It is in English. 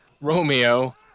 Romeo